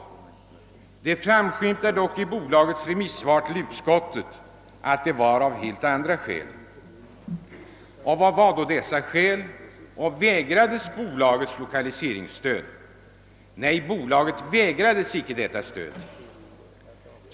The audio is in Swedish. Det framskymtar dock i bolagets remissvar till utskottet att det var av helt andra skäl. Vilka var då dessa skäl? Och vägrades bolaget lokaliseringsstöd? Nej, bolaget vägrades icke detta stöd.